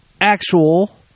actual